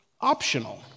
optional